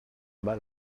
mal